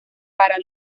para